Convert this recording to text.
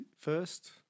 first